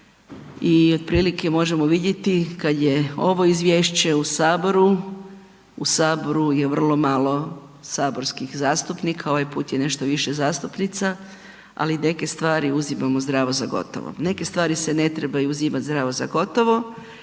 I otprilike možemo vidjeti kada je ovo izvješće u saboru, u saboru je vrlo malo saborskih zastupnika ovaj put je nešto više zastupnica, ali neke stvari uzimamo zdravo za gotovo. Neke stvari se ne trebaju uzimati zdravo za gotovo,